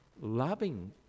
loving